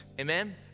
Amen